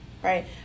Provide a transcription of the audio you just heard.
Right